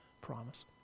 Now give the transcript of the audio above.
promise